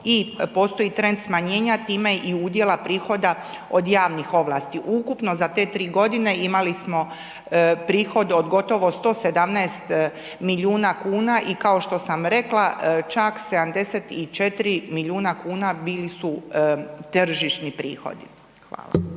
i postoji trend smanjenja time i udjela prihoda od javnih ovlasti. Ukupno za te 3 godine imali smo prihod od gotovo 117 milijuna kuna i kao što sam rekla čak 74 milijuna kuna bili su tržišni prihodi.